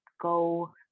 go